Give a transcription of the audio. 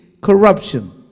corruption